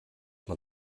man